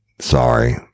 sorry